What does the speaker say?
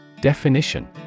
Definition